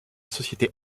société